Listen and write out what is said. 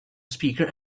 speaker